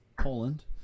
Poland